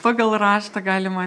pagal raštą galima